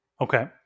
Okay